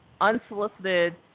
unsolicited